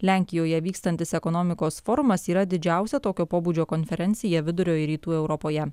lenkijoje vykstantis ekonomikos forumas yra didžiausia tokio pobūdžio konferencija vidurio ir rytų europoje